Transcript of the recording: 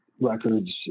records